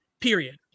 period